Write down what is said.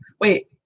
wait